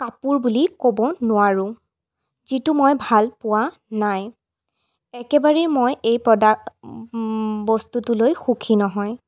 কাপোৰ বুলি ক'ব নোৱাৰোঁ যিটো মই ভাল পোৱা নাই একেবাৰেই মই এই প্ৰডাক্ট বস্তুটো লৈ মই সুখী নহয়